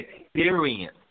experience